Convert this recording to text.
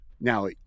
Now